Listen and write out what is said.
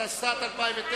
התשס"ט 2009,